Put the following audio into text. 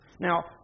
Now